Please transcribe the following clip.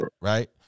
Right